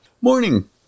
Morning